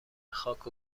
خاک